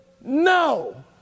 No